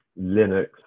Linux